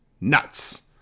nuts